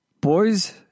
boys